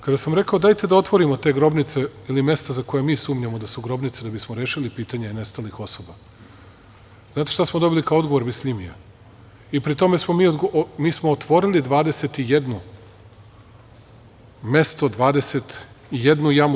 Kada sam rekao dajte da otvorimo te grobnice ili mesta za koja mi sumnjamo da su grobnice, da bismo rešili pitanje nestalih osoba, znate šta smo dobili odgovor Bisljimija i pri tome smo mi otvorili 21 jamu.